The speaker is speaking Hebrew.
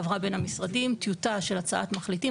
עברה בין המשרדים טיוטה של הצעת מחליטים,